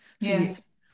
Yes